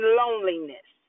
loneliness